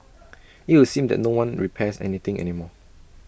IT would seem that no one repairs any thing any more